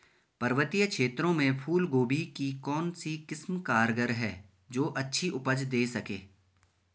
पर्वतीय क्षेत्रों में फूल गोभी की कौन सी किस्म कारगर है जो अच्छी उपज दें सके?